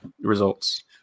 results